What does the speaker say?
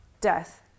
Death